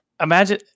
Imagine